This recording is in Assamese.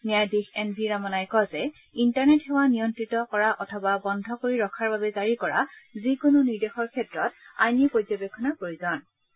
ন্যায়াধীশ এন ভি ৰমানাই কয় যে ইণ্টাৰনেট সেৱা নিয়ন্ত্ৰিত কৰা অথবা বন্ধ কৰি ৰখাৰ বাবে জাৰি কৰা যিকোনো নিৰ্দেশৰ ক্ষেত্ৰত আইনী পৰ্যবেক্ষণ প্ৰয়োজনীয়